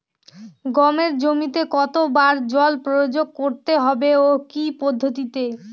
গমের জমিতে কতো বার জল প্রয়োগ করতে হবে ও কি পদ্ধতিতে?